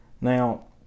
Now